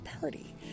party